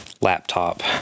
laptop